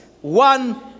One